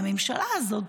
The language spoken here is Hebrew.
והממשלה הזאת,